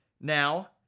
Now